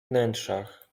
wnętrzach